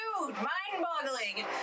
mind-boggling